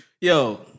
Yo